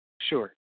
Sure